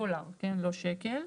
דולר, לא שקל,